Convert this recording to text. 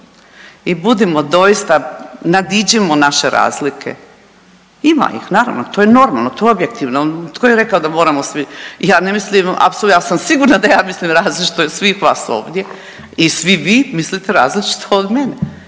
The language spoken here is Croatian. i budimo doista nadiđimo naše razlike. Ima ih naravno, to je normalno, to je objektivno, tko je rekao da moramo svi, ja ne mislim ja sam sigurna da ja mislim različito i od svih vas ovdje i svi vi mislite različito od mene